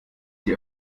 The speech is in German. sich